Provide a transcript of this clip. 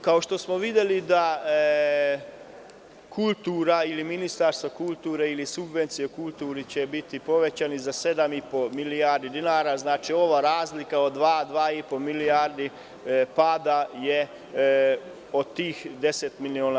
Kao što smo videli da kultura ili Ministarstvo kulture ili subvencija kulturi će biti povećana za 7,5 milijardi dinara, što znači da je ova razlika od 2 do 2,5 milijardi pad od tih 10 miliona.